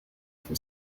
from